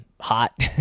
hot